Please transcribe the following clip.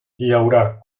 llaurar